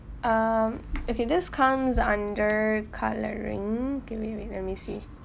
um okay this comes under colouring K wait wait let me see